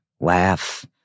laugh